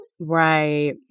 Right